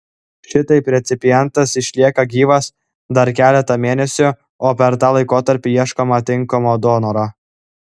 šitaip recipientas išlieka gyvas dar keletą mėnesių o per tą laikotarpį ieškoma tinkamo donoro